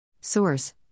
Source